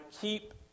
keep